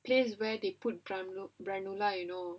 place where they put you know